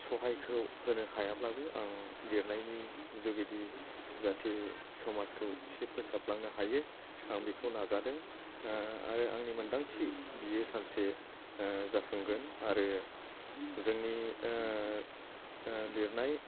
सहायखौ होनो हायाब्लाबो आं लिरनायनि जुगिदि जाहाथे समाजखौ एसे फोसाबलांनो हायो आं बेखौ नाजादों आरो आंनि मोनदांथि बियो सानसे जाफुंगोन आरो जोंनि लिरनाय